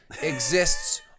exists